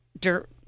dirt